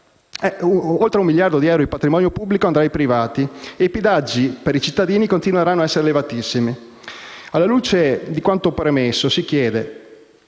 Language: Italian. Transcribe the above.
oltre un miliardo di euro di patrimonio pubblico andrà ai privati e i pedaggi per i cittadini continueranno a essere elevatissimi. Alla luce di quanto premesso, si chiede: